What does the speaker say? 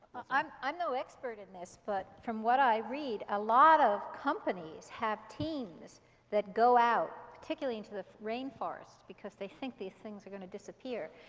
i'm i'm no expert in this. but from what i read, a lot of companies have teams that go out, particularly into the rain forest because they think these things are going to disappear,